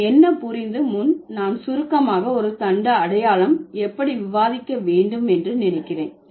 நாம் என்ன புரிந்து முன் நான் சுருக்கமாக ஒரு தண்டு அடையாளம் எப்படி விவாதிக்க வேண்டும் என்று நினைக்கிறேன்